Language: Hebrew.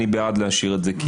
אני בעד להשאיר את זה.